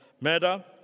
murder